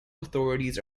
authorities